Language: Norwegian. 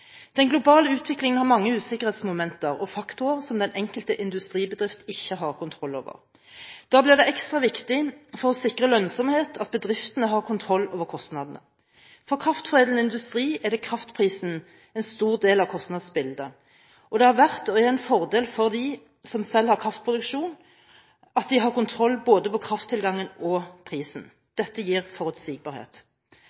Den globale utviklingen har mange usikkerhetsmomenter og -faktorer som den enkelte industribedrift ikke har kontroll over. Da blir det ekstra viktig for å sikre lønnsomhet at bedriftene har kontroll over kostnadene. For kraftforedlende industri er kraftprisen en stor del av kostnadsbildet, og det har vært og er en fordel for dem som selv har kraftproduksjon, at de har kontroll både på krafttilgangen og på prisen.